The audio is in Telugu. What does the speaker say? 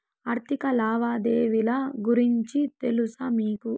ఆర్థిక లావాదేవీల గురించి తెలుసా మీకు